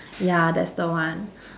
ya that's the one